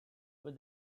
with